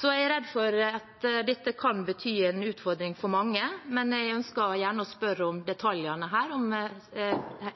jeg er redd for at dette kan bety en utfordring for mange. Men jeg ønsker gjerne å spørre om detaljene her, om